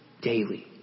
daily